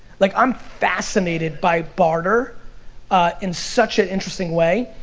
like, i'm fascinated by barter in such an interesting way.